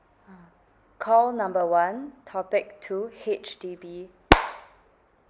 uh call number one topic two H_D_B